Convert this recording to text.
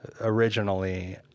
originally